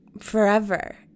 forever